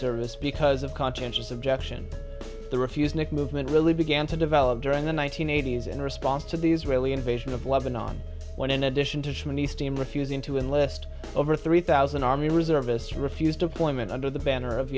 service because of conscientious objection the refusenik movement really began to develop during the one nine hundred eighty s in response to the israeli invasion of lebanon when in addition to shiny steam refusing to enlist over three thousand army reservists refused appointment under the banner of